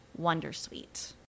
wondersuite